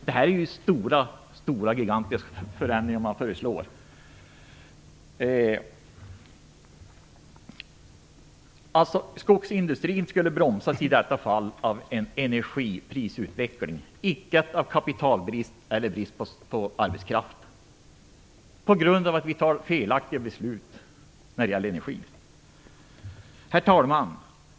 Det är alltså gigantiska förändringar som föreslås. Skogsindustrin skulle i detta fall bromsas av energiprisutvecklingen - alltså inte på grund av kapitalbrist eller brist på arbetskraft, utan på grund av att vi tar felaktiga beslut i fråga om energin. Herr talman!